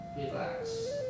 relax